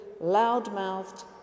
loudmouthed